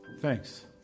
Thanks